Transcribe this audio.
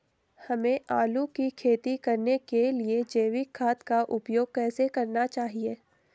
हमें आलू की खेती करने के लिए जैविक खाद का उपयोग कैसे करना चाहिए?